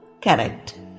correct